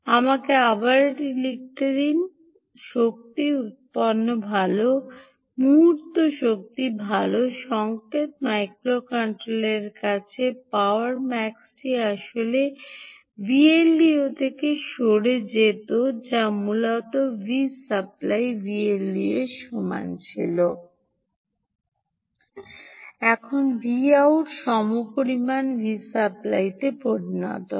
আমাকে আবার এটি লিখতে দিন শক্তি উত্পন্ন ভাল মুহূর্ত শক্তি ভাল সংকেত মাইক্রোকন্ট্রোলারের কাছে আসে পাওয়ার মাক্সটি আসলে Vldo থেকে সরে যেত যা মূলত V supplyVldo সমান ছিল এখন Vout সমপরিমাণ Vsupply পরিণত হয়